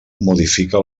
modifica